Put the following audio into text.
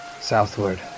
southward